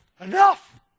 enough